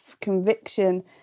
conviction